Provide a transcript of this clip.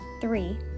Three